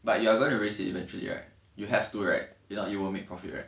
but you are gonna raise it eventually right you have to right you know you won't make profit right